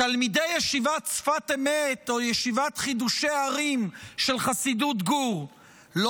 תלמידי ישיבת שפת אמת או ישיבת חידושי הרי"ם של חסידות גור לא